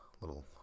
little